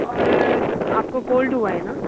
और आपको कोल्ड हुई है ना